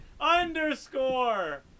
underscore